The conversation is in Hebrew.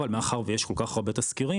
אבל מאחר ויש כל כך הרבה תזכירים,